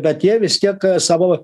bet jie vis tiek savo